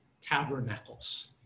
tabernacles